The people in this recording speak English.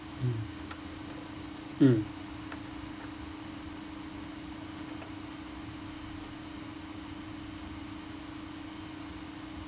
mm mm